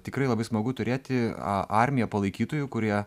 tikrai labai smagu turėti a armiją palaikytojų kurie